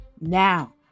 now